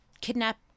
kidnap